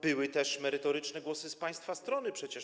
Były też merytoryczne głosy z państwa strony przecież.